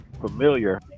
familiar